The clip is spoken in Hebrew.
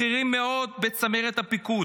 בכירים מאוד בצמרת הפיקוד.